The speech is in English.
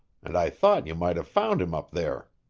and i thought you might have found him up there.